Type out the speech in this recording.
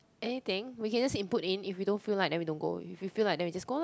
anything we can just input in if we don't feel like we don't go then if we feel like we just go lah